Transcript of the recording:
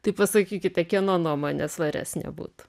tai pasakykite kieno nuomonė svaresnė būt